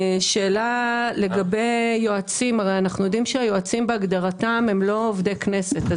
לגבי יועצים בהגדרתם אינם עובדי כנסת.